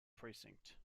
precinct